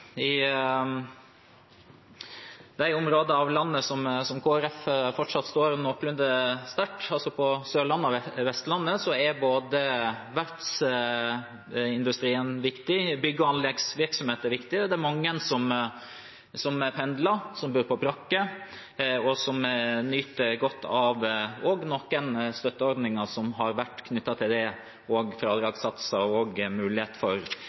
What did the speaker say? I de områdene av landet der Kristelig Folkeparti fortsatt står noenlunde sterkt, på Sørlandet og Vestlandet, er både verftsindustrien og bygge- og anleggsvirksomheten viktig. Det er mange som pendler, som bor på brakke, og som nyter godt av noen støtteordninger som har vært knyttet til det, også fradragssatser og en mulighet for